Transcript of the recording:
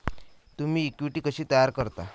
तुम्ही इक्विटी कशी तयार करता?